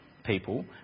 People